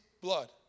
blood